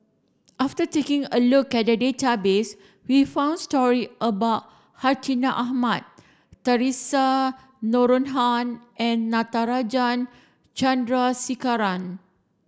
after taking a look at database we found story about Hartinah Ahmad Theresa Noronha and Natarajan Chandrasekaran